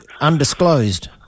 undisclosed